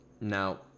now